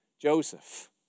Joseph